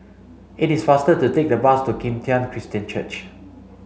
it is faster to take the bus to Kim Tian Christian Church